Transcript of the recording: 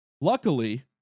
luckily